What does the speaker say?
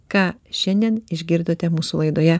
ką šiandien išgirdote mūsų laidoje